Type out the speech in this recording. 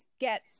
get